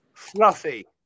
Fluffy